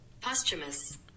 Posthumous